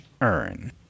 earn